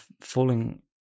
falling